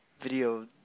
video